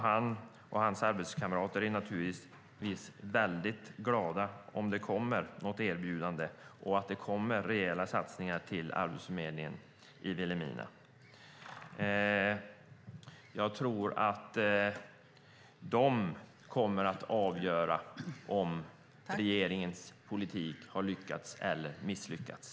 Han och hans arbetskamrater är naturligtvis glada om det kommer något erbjudande och om det kommer rejäla satsningar till Arbetsförmedlingen i Vilhelmina. Jag tror att de kommer att avgöra om regeringens politik har lyckats eller misslyckats.